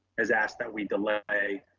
has asked that we delay.